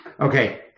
Okay